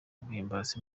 guhimbaza